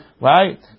Right